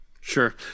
Sure